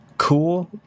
cool